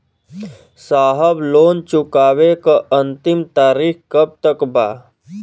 साहब लोन चुकावे क अंतिम तारीख कब तक बा?